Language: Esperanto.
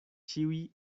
ĉiuj